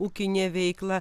ūkinė veikla